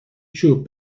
چوب